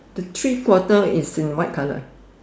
the three quarter is in white colour